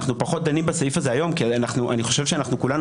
אנחנו פחות דנים בסעיף הזה היום כי אני חושב שאנחנו כולנו